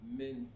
men